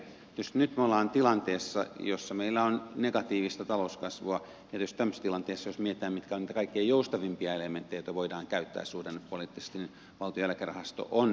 tietysti nyt me olemme tilanteessa jossa meillä on negatiivista talouskasvua ja tietysti tämmöisessä tilanteessa jos mietitään mitkä ovat niitä kaikkein joustavimpia elementtejä joita voidaan käyttää suhdannepoliittisesti niin valtion eläkerahasto on niistä yksi